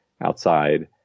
outside